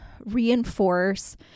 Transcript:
reinforce